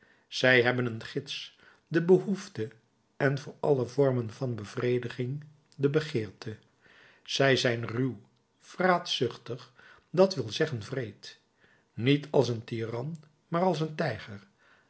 zij hebben een gids de behoefte en voor alle vormen van bevrediging de begeerte zij zijn ruw vraatzuchtig dat wil zeggen wreed niet als een tiran maar als een tijger